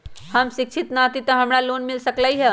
हम शिक्षित न हाति तयो हमरा लोन मिल सकलई ह?